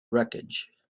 wreckage